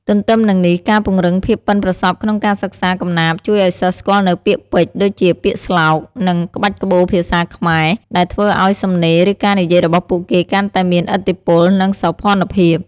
ទទ្ទឹមនឹងនេះ ការពង្រឹងភាពប៉ិនប្រសប់ក្នុង ការសិក្សាកំណាព្យជួយឱ្យសិស្សស្គាល់នូវពាក្យពេចន៍ ដូចជាពាក្យស្លោក និងក្បាច់ក្បូរភាសាខ្មែរ ដែលធ្វើឱ្យសំណេរ ឬការនិយាយរបស់ពួកគេកាន់តែមានឥទ្ធិពល និងសោភណភាព។